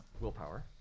willpower